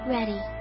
Ready